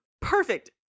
perfect